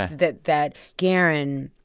that that gerren,